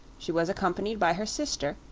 she was accompanied by her sister,